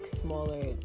smaller